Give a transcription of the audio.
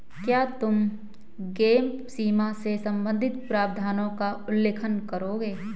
क्या तुम गैप सीमा से संबंधित प्रावधानों का उल्लेख करोगे?